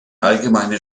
allgemeine